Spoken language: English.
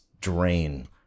drain